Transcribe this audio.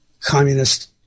communist